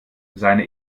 seine